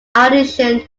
addition